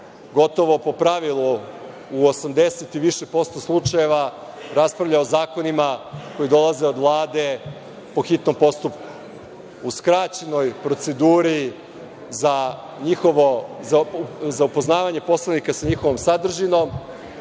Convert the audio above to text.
gotovo po pravilu u 80 i više posto slučajeva raspravlja o zakonima koji dolaze od Vlade po hitnom postupku, u skraćenoj proceduri za upoznavanje poslanika sa njihovom sadržinom,